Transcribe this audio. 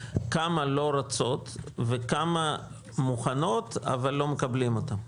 כמה לא רוצות וכמה מוכנות אבל לא מקבלים אותן?